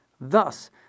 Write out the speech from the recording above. Thus